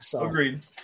Agreed